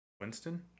Winston